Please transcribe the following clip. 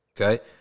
Okay